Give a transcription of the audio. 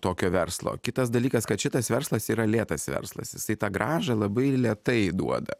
tokio verslo kitas dalykas kad šitas verslas yra lėtas verslas jisai tą grąžą labai lėtai duoda